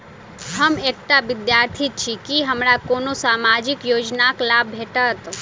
हम एकटा विद्यार्थी छी, की हमरा कोनो सामाजिक योजनाक लाभ भेटतय?